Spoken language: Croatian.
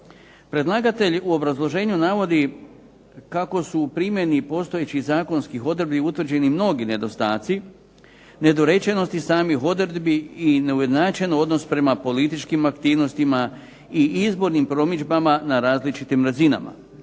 Predlagatelj u obrazloženju navodi kako su u primjeni postojećih zakonskih odredbi utvrđeni mnogi nedostaci, nedorečenosti samih odredbi i neujednačen odnos prema političkim aktivnostima i izbornim promidžbama na različitim razinama,